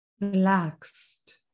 Relaxed